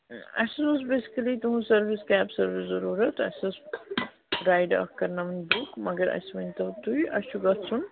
اَسہِ حظ اوس بیسِکٔلی تُہُنٛز سٔروِس کیب سٔروِس ضروٗرت اَسہِ ٲسۍ رایِڈ اَکھ کَرناوٕنۍ بُک مگر اَسہِ ؤنۍ تَو تُہۍ اَسہِ چھُ گژھُن